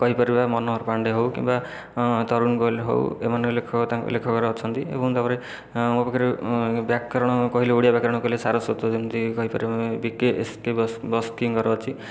କହିପାରିବା ମନୋହର ପାଣ୍ଡେ ହେଉ କିମ୍ବା ତରୁଣ ଗୋଏଲ ହେଉ ଏମାନେ ଲେଖକରେ ଅଛନ୍ତି ଏବଂ ତା'ପରେ ମୋ ପାଖରେ ବ୍ୟାକରଣ କହିଲେ ଓଡ଼ିଆ ବ୍ୟାକରଣ କହିଲେ ସାରସ୍ୱତ ଯେମିତି କହିପାରିବ ବିକେଏସ୍କେ ବକ୍ସିଙ୍କର ଅଛି